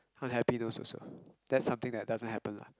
unhappiness also that's something that doesn't happen lah